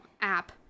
app